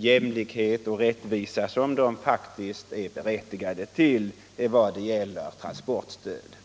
jämlikhet och rättvisa som de faktiskt är berättigade till vad gäller transportstöd.